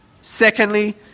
Secondly